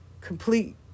complete